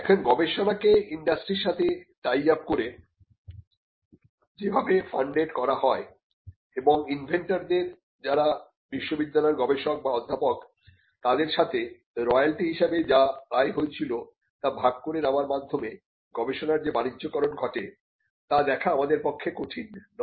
এখন গবেষণাকে ইন্ডাস্ট্রির সাথে টাই আপ করে যেভাবে ফান্ডেড করা হয় এবং ইনভেন্টরদের যারা বিশ্ববিদ্যালয়ের গবেষক বা অধ্যাপক তাদের সাথে রয়ালটি হিসাবে যে আয় হয়েছিল তা ভাগ করে নেবার মাধ্যমে গবেষণার যে বাণিজ্যকরণ ঘটে তা দেখা আমাদের পক্ষে কঠিন নয়